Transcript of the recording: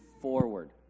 forward